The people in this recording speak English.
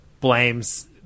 blames